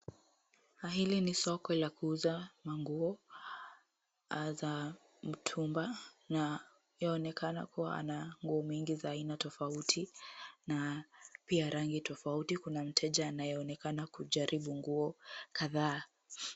Hili ni soko la kuuza manguo za mutumba na yaonekana kuwa ana nguo mingi za aina tofauti na pia rangi tofauti. Kuna mteja anayeoneka kujaribu nguo kadhaa.